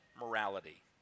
morality